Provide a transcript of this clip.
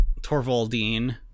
Torvaldine